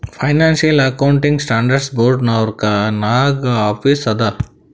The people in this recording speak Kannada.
financial accounting standard board Norwalk ನಾಗ್ ಆಫೀಸ್ ಅದಾ